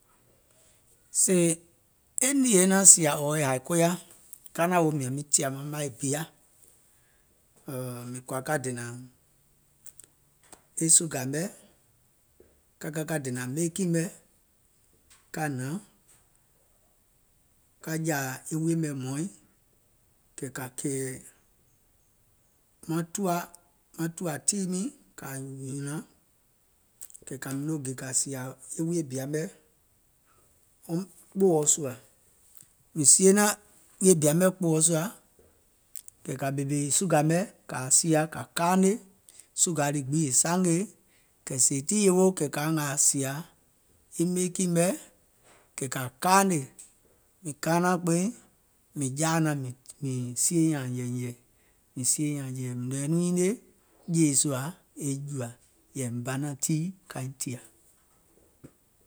Sèè e nììɛ naȧŋ sìà ɔ̀ɔ̀ e hàì koya ka naȧŋ woò mìȧŋ miŋ tìȧ maì bìa, mìŋ kɔ̀ȧ ka dènȧŋ sùgà mɛ̀, ka ka ka dènȧŋ meekì mɛ̀, ka hnàŋ ka jȧȧ wuiyè mɛ̀ hmɔ̀ɔ̀iŋ, kɛ̀ kȧ kɛ̀ɛ̀ tùwȧ tiì miiŋ kȧ nyùnȧŋ, kɛ̀ kȧ miŋ noo gè kȧ sìȧ wuiyè bìa mɛ̀ wɔŋ kpɔ̀ɔ̀ɔ sùȧ, mìŋ sie naȧŋ wuiyè bìa mɛ̀ kpɔ̀ɔ̀ɔ sùà, kɛ̀ kȧ ɓèmè sùgà mɛ̀ kȧa sìà kà kaanè, sùgà lii gbiŋ è sangèe, kɛ̀ sèè tii yewoo kɛ̀ kȧa ngàà sìà e meekì mɛ̀, kɛ̀ kaanè, mìŋ kaanȧŋ kpeiŋ, mìŋ jaȧ naȧŋ mìŋ sie nyȧȧŋ nyɛ̀ɛ̀nyɛ̀ɛ̀, mìŋ sie nyȧȧŋ nyɛ̀ɛ̀nyɛ̀ɛ̀, mìŋ nɔ̀ŋ yɛi nɔŋ yinie, mìŋ nɔ̀ŋ yɛi nɔŋ yinie jèèsùȧ e jùȧ, yɛ̀ì mìŋ banȧŋ tiì kaiŋ tìȧ.